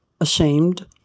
ashamed